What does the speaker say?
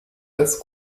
als